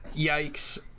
Yikes